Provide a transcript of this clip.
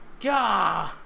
God